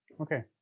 Okay